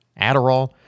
Adderall